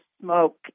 smoke